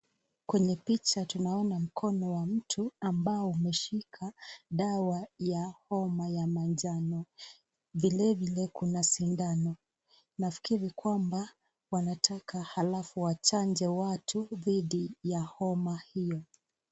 Kwenye picha tunaona mkono wa mtu ambao umeshika dawa ya homa ya manjano. Vile vile kuna sindano. Nafikiri kwamba wanataka halafu wachanje watu dhidi ya homa hiyo.